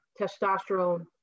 testosterone